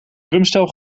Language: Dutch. drumstel